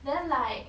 then like